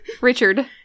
richard